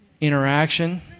interaction